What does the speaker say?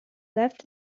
left